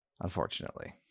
unfortunately